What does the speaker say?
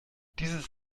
dieses